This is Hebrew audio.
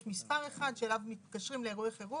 יש מספר אחד שאליו מתקשרים לאירועי חירום.